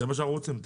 זה מה שאנחנו רוצים.